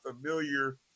familiar